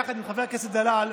יחד עם חבר הכנסת דלל,